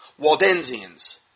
Waldensians